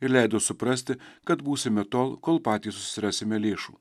ir leido suprasti kad būsime tol kol patys susirasime lėšų